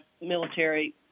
military